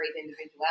individuality